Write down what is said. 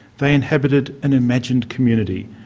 they inhabited an imagined community,